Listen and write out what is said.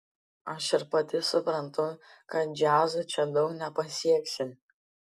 aš ir pati suprantu kad džiazu čia daug nepasieksi